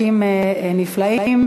אין מתנגדים.